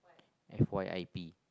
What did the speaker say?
F_Y_I_P